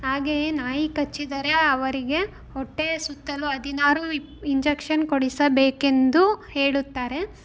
ಹಾಗೆಯೇ ನಾಯಿ ಕಚ್ಚಿದರೆ ಅವರಿಗೆ ಹೊಟ್ಟೆಯ ಸುತ್ತಲೂ ಹದಿನಾರು ಇಂಜೆಕ್ಷನ್ ಕೊಡಿಸಬೇಕೆಂದು ಹೇಳುತ್ತಾರೆ